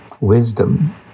wisdom